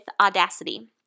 Audacity